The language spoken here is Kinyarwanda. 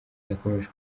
yakomeje